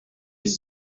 ils